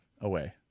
away